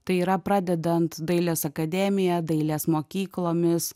tai yra pradedant dailės akademija dailės mokyklomis